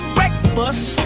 Breakfast